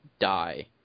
die